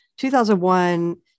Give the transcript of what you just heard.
2001